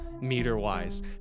meter-wise